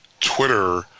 Twitter